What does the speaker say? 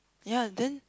ya then